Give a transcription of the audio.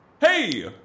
Hey